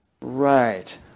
right